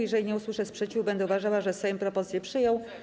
Jeżeli nie usłyszę sprzeciwu, będę uważała, że Sejm propozycję przyjął.